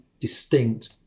distinct